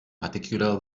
particular